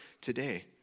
today